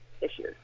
issues